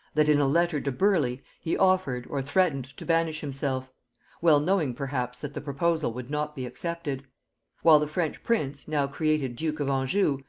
that in a letter to burleigh he offered, or threatened, to banish himself well knowing, perhaps, that the proposal would not be accepted while the french prince, now created duke of anjou,